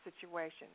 situation